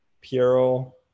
Piero